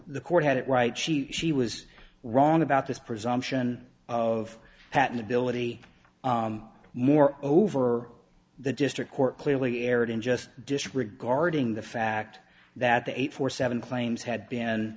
the court had it right she she was wrong about this presumption of patentability more over or the district court clearly erred in just disregarding the fact that the eight four seven claims had been